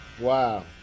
Wow